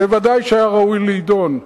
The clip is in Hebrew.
וודאי שהיה ראוי להידון בממשלה,